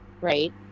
right